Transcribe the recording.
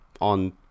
on